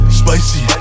spicy